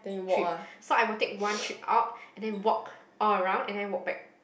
trip so I will take one trip out and then walk all around and then walk back